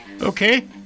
Okay